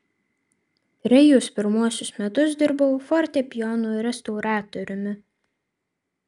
trejus pirmuosius metus dirbau fortepijonų restauratoriumi